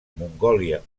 mongòlia